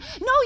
No